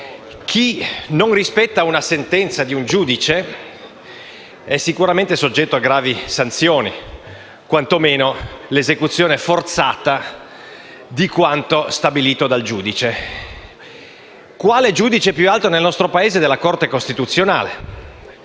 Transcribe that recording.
chi non rispetta una sentenza di un giudice è sicuramente soggetto a gravi sanzioni, quantomeno all'esecuzione forzata di quanto stabilito dal giudice. Quale giudice più alto della Corte costituzionale?